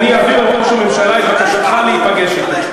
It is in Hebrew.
אני אעביר לראש הממשלה את בקשתך להיפגש אתו.